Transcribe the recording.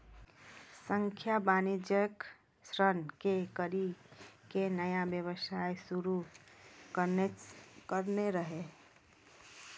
संध्या वाणिज्यिक ऋण लै करि के नया व्यवसाय शुरू करने रहै